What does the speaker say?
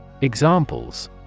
Examples